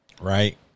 right